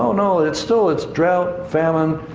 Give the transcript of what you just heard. no, no, it's still, it's drought, famine,